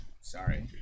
Sorry